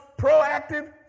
proactive